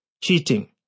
cheating